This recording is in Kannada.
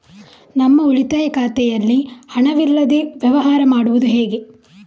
ನಮ್ಮ ಉಳಿತಾಯ ಖಾತೆಯಲ್ಲಿ ಹಣವಿಲ್ಲದೇ ವ್ಯವಹಾರ ಮಾಡುವುದು ಹೇಗೆ?